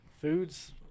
foods